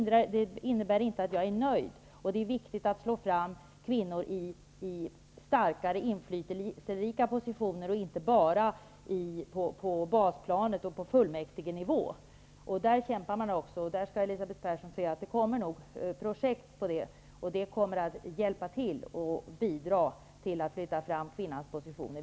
Det innebär inte att jag är nöjd, och det är viktigt att slå fram kvinnor i starkare och inflytelserikare positioner och inte bara på basplanet och på fullmäktigenivå. Där kämpar man också. Elisabeth Persson skall se att det nog kommer projekt som gäller det, och det kommer att bidra till att flytta fram kvinnornas positioner.